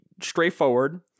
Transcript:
straightforward